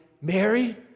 Mary